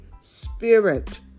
Spirit